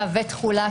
ותחולה.